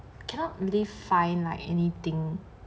can't really find like anything